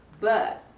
but